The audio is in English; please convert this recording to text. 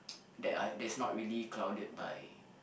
that are that's not really clouded by